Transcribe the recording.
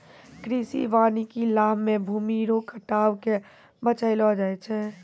कृषि वानिकी लाभ मे भूमी रो कटाव के बचैलो जाय छै